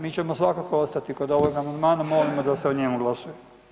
Mi ćemo svakako ostati kod ovog amandmana, molimo da se o njemu glasuje.